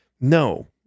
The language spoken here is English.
no